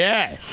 Yes